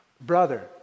Brother